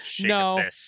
no